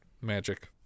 magic